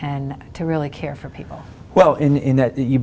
and to really care for people well in that you